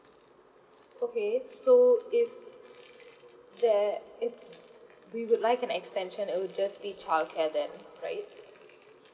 okay so if there if we would like an extension it would just need childcare then right